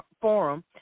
Forum